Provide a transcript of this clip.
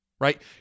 right